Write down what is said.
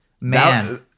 Man